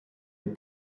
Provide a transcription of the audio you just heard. take